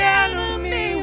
enemy